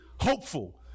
hopeful